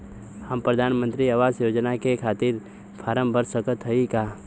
हम प्रधान मंत्री आवास योजना के खातिर फारम भर सकत हयी का?